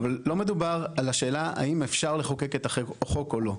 אבל לא מדובר על השאלה האם אפשר לחוקק את החוק או לא.